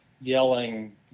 yelling